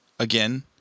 Again